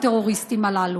הטרוריסטים הללו,